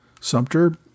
Sumter